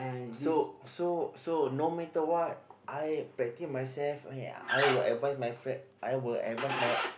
so so so no matter what I practice myself ya I will advice my friend I will advice my